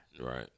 Right